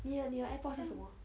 你的你的 airpod 是什么